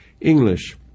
English